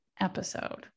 episode